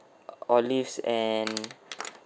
olives and